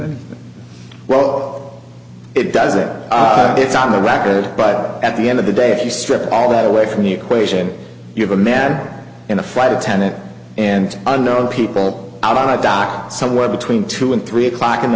it well it does it it's on the record but at the end of the day if you strip all that away from the equation you have a man and a flight attendant and unknown people out on a dock somewhere between two and three o'clock in the